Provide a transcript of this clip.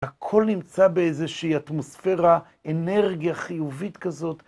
הכל נמצא באיזושהי אטמוספרה אנרגיה חיובית כזאת.